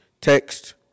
Text